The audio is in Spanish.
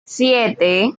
siete